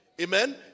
Amen